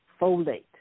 Folate